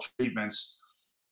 treatments